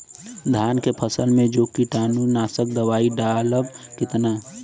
धान के फसल मे जो कीटानु नाशक दवाई डालब कितना?